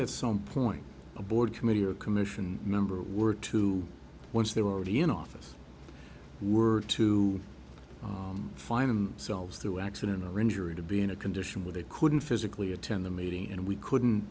it's some point a board committee or commission member were to once they were already in office were to find themselves through accident or injury to be in a condition where they couldn't physically attend the meeting and we couldn't